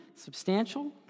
substantial